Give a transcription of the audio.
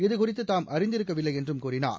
இதுகுறித்து தாம் அறிந்திருக்கவில்லை என்றும் கூறினார்